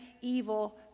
evil